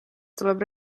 tuleb